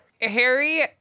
Harry